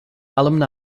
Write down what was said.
alumni